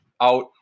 out